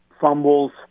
fumbles